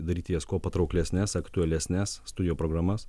daryti jas kuo patrauklesnes aktualesnes studijų programas